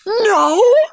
no